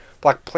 Black